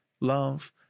love